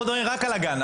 אנחנו מדברים רק על להגן.